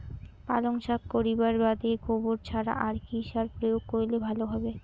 পালং শাক করিবার বাদে গোবর ছাড়া আর কি সার প্রয়োগ করিলে ভালো হবে?